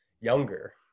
younger